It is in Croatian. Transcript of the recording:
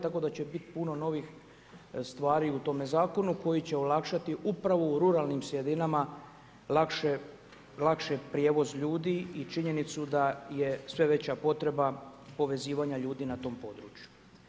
Tako da će bit puno novih stvari u tome zakonu koji će olakšati upravo u ruralnim sredinama lakše prijevoz ljudi i činjenicu da je sve veća potreba povezivanja ljudi na tom području.